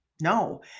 No